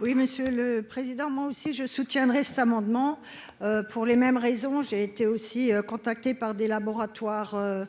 Oui, monsieur le président, moi aussi je soutiendrai cet amendement pour les mêmes raisons, j'ai été aussi contacté par des laboratoires